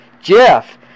Jeff